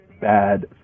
bad